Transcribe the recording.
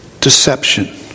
deception